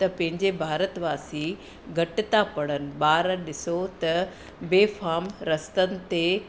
त पंहिंजे भारतवासी घटि था पढ़नि ॿार ॾिसो त बेफ़ाम रस्तनि ते